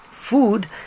food